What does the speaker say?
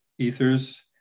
Ether's